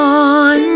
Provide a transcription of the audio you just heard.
on